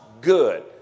good